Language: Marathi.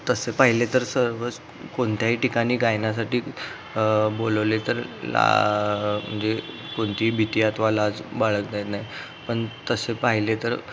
तसं पाहिले तर सर्वच कोणत्याही ठिकाणी गायनासाठी बोलवले तर ला म्हणजे कोणतीही भीती अथवा लाज बाळगता येत नाही पण तसे पाहिले तर